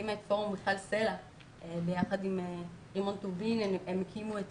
הקימה את פורום מיכל סלה ביחד עם --- הם הקימו גם